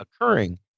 occurring